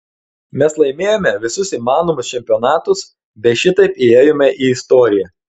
mes laimėjome visus įmanomus čempionatus bei šitaip įėjome į istoriją